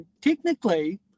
technically